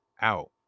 out